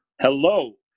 Hello